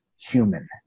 Human